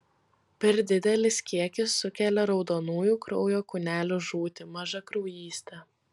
per didelis kiekis sukelia raudonųjų kraujo kūnelių žūtį mažakraujystę